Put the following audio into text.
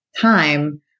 time